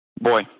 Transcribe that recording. Boy